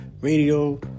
radio